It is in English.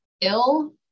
ill